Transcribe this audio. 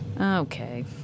Okay